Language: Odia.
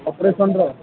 ଅପେରସନ୍ର